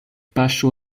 paŝo